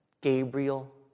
Gabriel